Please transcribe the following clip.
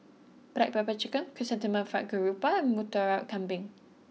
Black Pepper Chicken Chrysanthemum Fried Garoupa and Murtabak Kambing